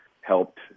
helped